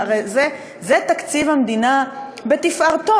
הרי זה תקציב המדינה בתפארתו,